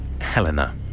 Helena